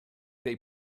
they